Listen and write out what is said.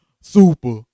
super